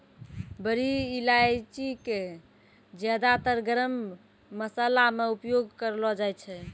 बड़ी इलायची कॅ ज्यादातर गरम मशाला मॅ उपयोग करलो जाय छै